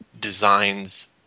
designs